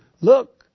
look